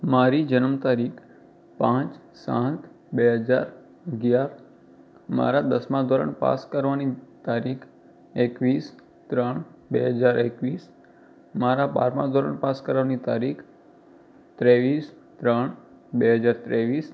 મારી જન્મ તારીખ પાંચ સાત બે હજાર અગિયાર મારા દસમા ધોરણ પાસ પાસ કરવાની તારીખ એકવીસ ત્રણ બે હજાર એકવીસ મારા બારમા ધોરણ પાસ કરવાની તારીખ ત્રેવીસ ત્રણ બે હજાર ત્રેવીસ